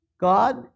God